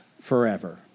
forever